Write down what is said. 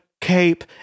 cape